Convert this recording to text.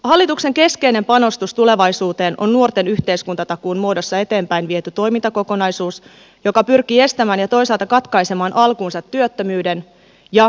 hallituksen keskeinen panostus tulevaisuuteen on nuorten yhteiskuntatakuun muodossa eteenpäin viety toimintakokonaisuus joka pyrkii estämään ja toisaalta katkaisemaan alkuunsa työttömyyden ja syrjäytymiskehityksen